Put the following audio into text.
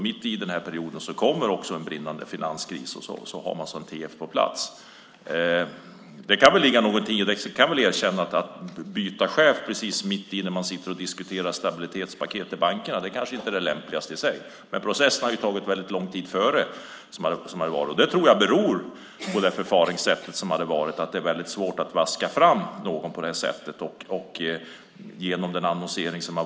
Mitt i denna period kommer en brinnande finanskris, och man har en tillförordnad på plats. Att byta chef mitt i att man diskuterar stabilitetspaket till bankerna är kanske inte det lämpligaste. Det medger jag. Processen hade dock pågått länge dessförinnan, och jag tror att det beror på förfaringssättet. Det är svårt att vaska fram någon genom annonsering.